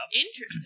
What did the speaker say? Interesting